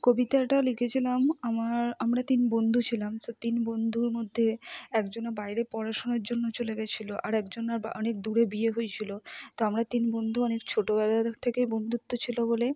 কবিতাটা লিখেছিলাম আমার আমরা তিন বন্ধু ছিলাম সে তিন বন্ধুর মধ্যে একজন বাইরে পড়াশোনার জন্য চলে গিয়েছিল আরেকজনের অনেক দূরে বিয়ে হয়েছিল তো আমরা তিন বন্ধু অনেক ছোটোবেলার থেকেই বন্ধুত্ব ছিল বলে